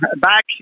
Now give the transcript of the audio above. back